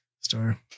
star